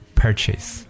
purchase